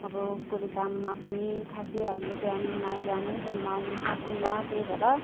अब कुल्ली काममा पनि खासै हामीले टाइममा जानु टाइममा आउनु सकेनौँ त्यही भएर